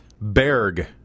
Berg